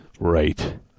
Right